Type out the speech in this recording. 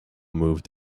moved